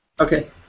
Okay